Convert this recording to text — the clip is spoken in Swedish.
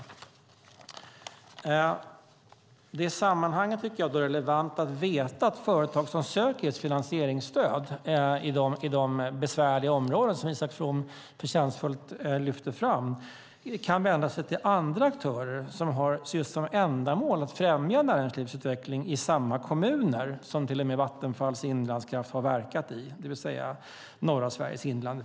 I sammanhanget är det relevant att veta att företag som söker finansieringsstöd i de besvärliga områden som Isak From förtjänstfullt lyfter fram kan vända sig till andra aktörer som har som ändamål att främja näringslivsutveckling i samma kommuner som till och med Vattenfall Inlandskraft har verkat i, det vill säga i första hand norra Sveriges inland.